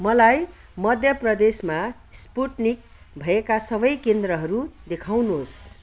मलाई मध्य प्रदेशमा स्पुत्निक भएका सबै केन्द्रहरू देखाउनुहोस्